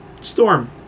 Storm